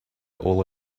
all